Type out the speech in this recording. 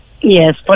Yes